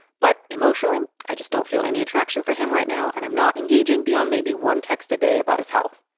but emotionally, i just don't feel any attraction for him right now. and i'm not engaging beyond maybe one text a day about his health.